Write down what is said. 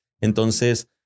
Entonces